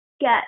get